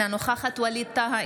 אינה נוכחת ווליד טאהא,